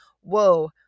whoa